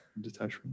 detachment